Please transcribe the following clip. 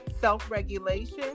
self-regulation